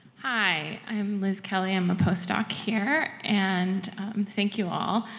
hi, i'm liz kelly, i'm a post-doc here and thank you all.